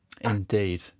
Indeed